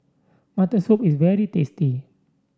Mutton Soup is very tasty